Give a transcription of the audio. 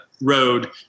road